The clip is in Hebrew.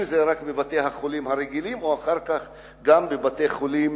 אם בהתחלה בבתי-החולים הרגילים ואחר כך גם בבתי-חולים